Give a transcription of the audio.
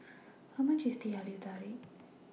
How much IS Teh Halia Tarik